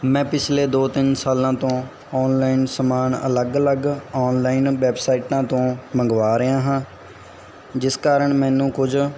ਮੈਂ ਪਿਛਲੇ ਦੋ ਤਿੰਨ ਸਾਲਾਂ ਤੋਂ ਆਨਲਾਈਨ ਸਾਮਾਨ ਅਲੱਗ ਅਲੱਗ ਆਨਲਾਈਨ ਵੈਬਸਾਈਟਾਂ ਤੋਂ ਮੰਗਵਾ ਰਿਹਾ ਹਾਂ ਜਿਸ ਕਾਰਨ ਮੈਨੂੰ ਕੁਝ